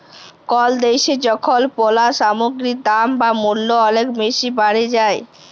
call দ্যাশে যখল পল্য সামগ্গির দাম বা মূল্য অলেক বেসি বাড়ে যায়